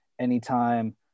anytime